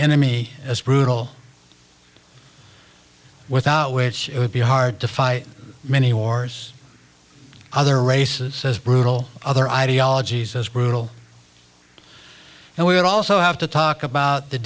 enemy as brutal without which it would be hard to fight many wars other races as brutal other ideologies as brutal and we would also have to talk about the